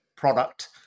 product